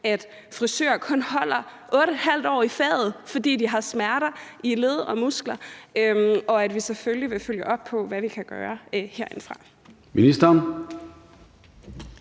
at frisører kun holder 8½ år i faget, fordi de har smerter i led og muskler, og vi skal selvfølgelig følge op på, hvad vi kan gøre herindefra.